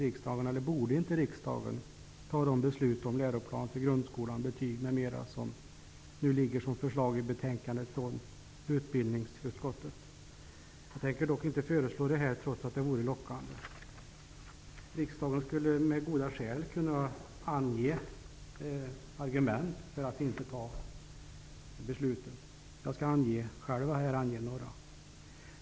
Egentligen borde inte riksdagen fatta de beslut om läroplan för grundskolan, betyg m.m. som utbildningsutskottet nu föreslår riksdagen att fatta. Jag skall här inte föreslå det, även om det vore lockande. Riksdagen skulle kunna anföra goda argument för att inte fatta dessa beslut. Jag skall anföra några av dessa argument.